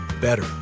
better